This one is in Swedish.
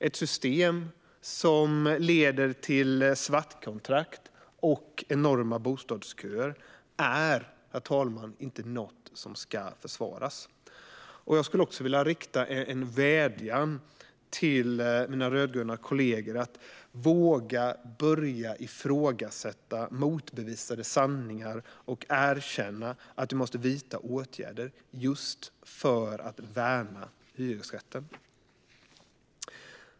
Ett system som leder till svartkontrakt och enorma bostadsköer är, herr talman, inte något som ska försvaras. Jag skulle vilja rikta en vädjan till mina rödgröna kollegor: Våga börja ifrågasätta motbevisade sanningar och erkänna att vi måste vidta åtgärder för att värna hyresrätten!